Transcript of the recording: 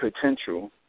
potential